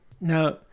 Now